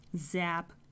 Zap